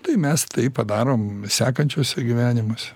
tai mes tai padarom sekančiuose gyvenimuose